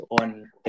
on